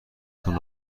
کنه